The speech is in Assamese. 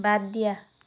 বাদ দিয়া